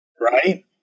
Right